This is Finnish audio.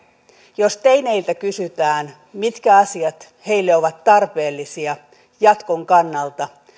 jos teineiltä kysytään mitkä asiat heille ovat tarpeellisia jatkon kannalta